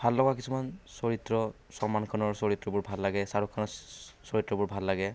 ভাল লগা কিছুমান চৰিত্ৰ চলমান খানৰ চৰিত্ৰবোৰ ভাল লাগে শ্বাহৰূখ খানৰ চৰিত্ৰবোৰ ভাল লাগে